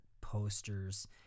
posters